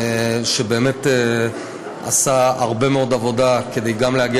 שבאמת עשה הרבה מאוד עבודה כדי גם להגיע